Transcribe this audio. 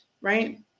right